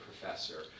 professor